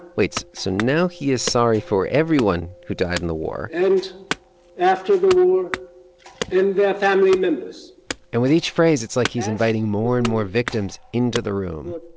like so now he is sorry for everyone who died in the war. and after the war and their family members and with each phrase, it's like he's inviting more and more victims into the room,